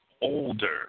older